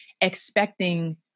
expecting